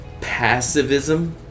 passivism